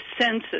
senses